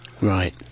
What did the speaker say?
right